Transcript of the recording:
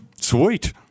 Sweet